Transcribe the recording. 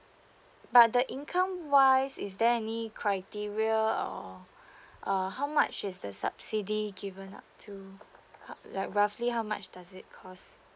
but the income wise is there any criteria or err how much is the subsidy given up to um like roughly how much does it cost